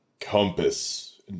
compass